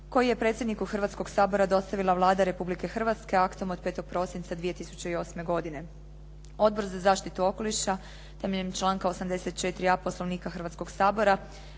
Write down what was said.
koji je predsjedniku Hrvatskog sabora dostavila Vlada Republike Hrvatske aktom od 5. prosinca 2008. godine. Odbor za zaštitu okoliša temeljem članka 84. a Poslovnika Hrvatskog sabora